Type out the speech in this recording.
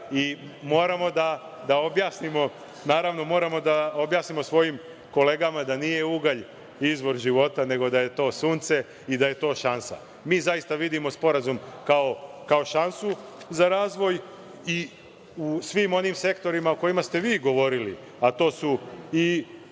proizvodnje iz uglja, i moramo da objasnimo svojim kolegama da nije ugalj izvor života, nego da je to sunce, i da je to šansa. Mi zaista vidimo Sporazum kao šansu za razvoj i u svim onim sektorima o kojima ste vi govorili, a to su